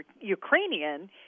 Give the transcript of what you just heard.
Ukrainian